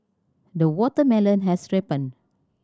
the watermelon has ripened